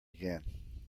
again